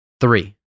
three